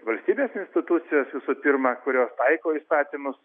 valstybės institucijos visų pirma kurios taiko įstatymus